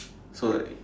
so like